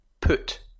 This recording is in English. PUT